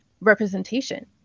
representation